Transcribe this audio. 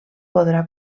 podrà